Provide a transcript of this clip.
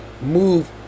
move